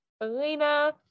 Alina